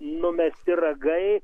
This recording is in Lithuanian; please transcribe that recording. numesti ragai